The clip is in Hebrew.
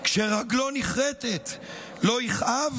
כשרגלו נכרתת לא יכאב?